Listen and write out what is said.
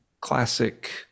classic